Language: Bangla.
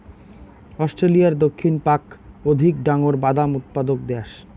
অস্ট্রেলিয়ার দক্ষিণ পাক অধিক ডাঙর বাদাম উৎপাদক দ্যাশ